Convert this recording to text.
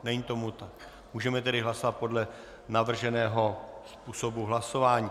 Není tomu tak, můžeme tedy hlasovat podle navrženého způsobu hlasování.